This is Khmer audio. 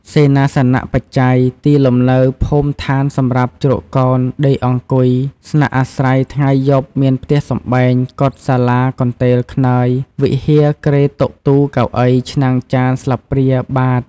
សេនាសនបច្ច័យ ទីលំនៅភូមិស្ថានសម្រាប់ជ្រកកោន ដេកអង្គុយ ស្នាក់អាស្រ័យថ្ងៃយប់ មានផ្ទះសម្បែង កុដិ សាលា កន្ទេល ខ្នើយ វិហារ គ្រែ តុ ទូ កៅអី ឆ្នាំង ចាន ស្លាបព្រា បាត្រ។